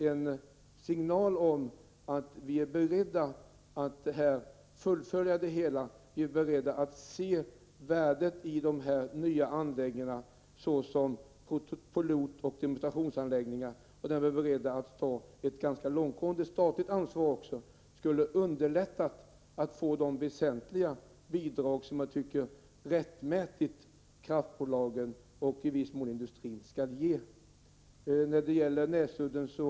En signal om att vi är beredda att fullfölja det hela, att vi är beredda att se värdet i de nya anläggningarna som pilotoch demonstrationsanläggningar och därmed beredda att ta ett ganska långtgående statligt ansvar, skulle förbättra våra möjligheter att få de väsentliga bidrag som jag tycker att kraftbolagen och i viss mån den övriga industrin rättmätigt skall ge.